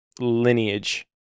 lineage